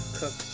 cook